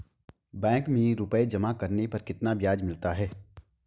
Bank में रुपये जमा करने पर कितना ब्याज मिलता है?